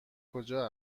کجا